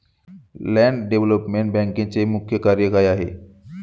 Land development बँकेचे मुख्य कार्य काय आहे?